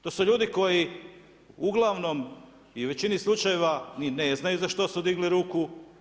To su ljudi koji uglavnom i u većini slučajeva ni ne znaju za što su digli ruku.